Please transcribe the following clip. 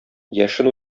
яшен